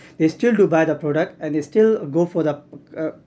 they still do buy the product and they still go for the uh